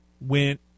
went